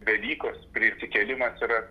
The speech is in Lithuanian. velykos prisikėlimas yra